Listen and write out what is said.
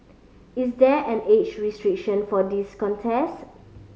is there an age restriction for this contest